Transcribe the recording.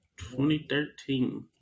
2013